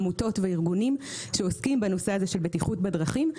עמותות וארגונים שעוסקים בנושא בטיחות בדרכים.